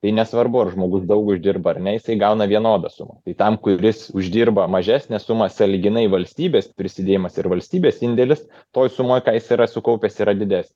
tai nesvarbu ar žmogus daug uždirba ar ne jisai gauna vienodą sumą tam kuris uždirba mažesnę sumą sąlyginai valstybės prisidėjimas ir valstybės indėlis toj sumoj ką jis yra sukaupęs yra didesnė